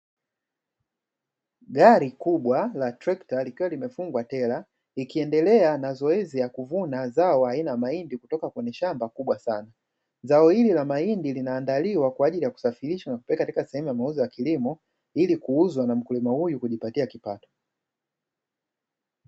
Gari kubwa la trekta likiwa limefungwa tela likiende na zoezi la kuvuna mahindi kutoka kwenye shamba kubwa sana, zao hili la mahindi linaandaliwa kwa ajili ya kusafirishwa katika semu za mauzo ya kilimo, ili kuuzwa na mkulima huyu kujipatia kipato.